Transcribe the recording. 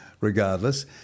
Regardless